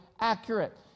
accurate